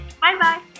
Bye-bye